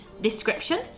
description